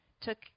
took